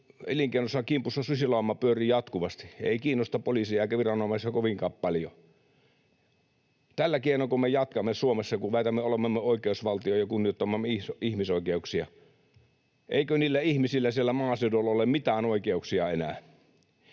elinkeinonsa kimpussa susilauma pyörii jatkuvasti. Ei kiinnosta poliisia eikä viranomaisia kovinkaan paljon. Tällä keinoinko me jatkamme Suomessa, kun väitämme olevamme oikeusvaltio ja kunnioittavamme ihmisoikeuksia? Eikö niillä ihmisillä siellä maaseudulla ole mitään oikeuksia enää?